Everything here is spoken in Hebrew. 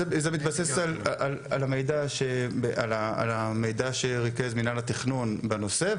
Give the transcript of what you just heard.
זה מתבסס על המידע שריכז מינהל התכנון בנושא,